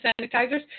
sanitizers